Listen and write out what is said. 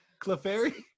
Clefairy